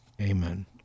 Amen